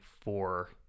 four